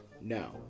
No